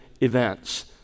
events